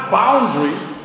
boundaries